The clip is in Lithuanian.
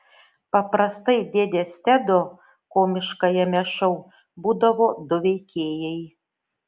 paprastai dėdės tedo komiškajame šou būdavo du veikėjai